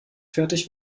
fertig